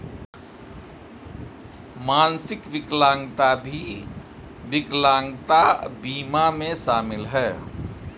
मानसिक विकलांगता भी विकलांगता बीमा में शामिल हैं